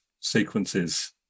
sequences